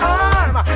arm